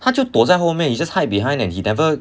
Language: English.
他就躲在后面 he just hide behind and he never